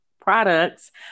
products